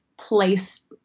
place